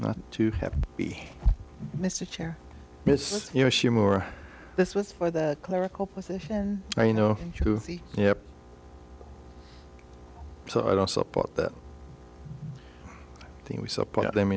not to have mr chair miss you know she more this was for the clerical position you know yeah so i don't support that thing we support them